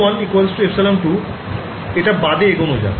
ε1 ε2 এটা বাদে এগোনো যাক